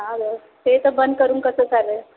हां गं ते तर बंद करून कसं चालेल